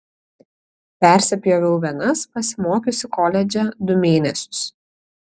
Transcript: persipjoviau venas pasimokiusi koledže du mėnesius